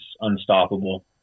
unstoppable